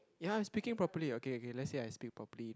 ya speaking properly okay okay let's say I speak properly